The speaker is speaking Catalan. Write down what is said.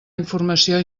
informació